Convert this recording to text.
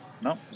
no